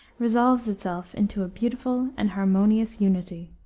resolves itself into a beautiful and harmonious unity.